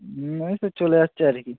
হুম এই তো চলে যাচ্ছে আর কী